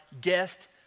guest